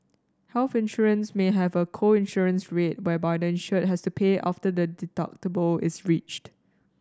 health insurance may have a co insurance rate whereby the insured has to pay after the deductible is reached